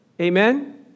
Amen